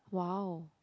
!wow!